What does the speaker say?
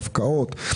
הפקעות,